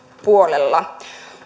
puolella